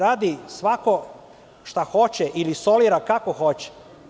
Radi svako šta hoće ili solira kako hoće.